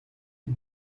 die